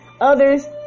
Others